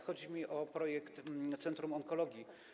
Chodzi mi o projekt centrum onkologii.